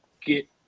get